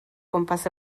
gwmpas